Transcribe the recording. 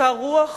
אותה רוח